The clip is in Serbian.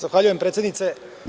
Zahvaljujem, predsednice.